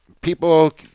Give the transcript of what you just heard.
people